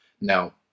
Now